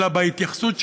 אלא בהתייחסות שלנו,